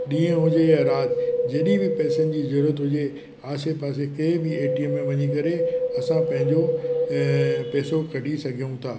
ॾींहं हुजे या राति जॾी बि पैसन जी जरूरत हुजे आसे पासे कंहिं बि एटीएम में वञी करे असां पंहिंजो पैसो कढी सघूं था